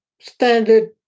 standard